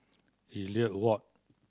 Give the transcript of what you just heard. Elliot Walk